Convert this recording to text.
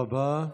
תודה רבה.